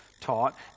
taught